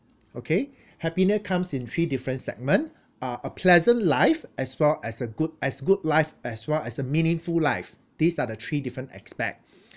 okay happiness comes in three different segment uh a pleasant life as well as a good as good life as well as a meaningful life these are the three different aspect